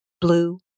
blue